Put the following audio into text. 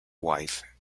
wife